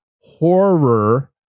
horror